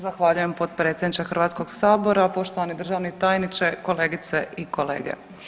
Zahvaljujem potpredsjedniče Hrvatskog sabora, poštovani državni tajniče, kolegice i kolege.